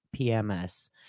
PMS